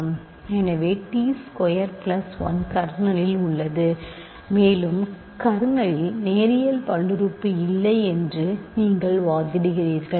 எனவே t square plus 1 கர்னலில் உள்ளது மேலும் கர்னலில் நேரியல் பல்லுறுப்புறுப்பு இல்லை என்று நீங்கள் வாதிடுகிறீர்கள்